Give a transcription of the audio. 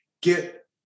get